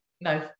no